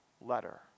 letter